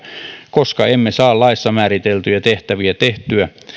koska emme saa laissa määriteltyjä tehtäviä tehtyä